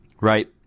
Right